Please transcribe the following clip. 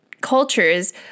cultures